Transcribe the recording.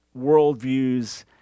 worldviews